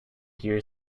hear